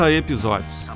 episódios